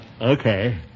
okay